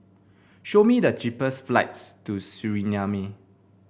show me the cheapest flights to Suriname